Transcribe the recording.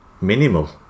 minimal